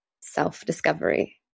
self-discovery